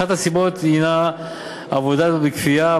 אחת הסיבות היא עבודה בכפייה.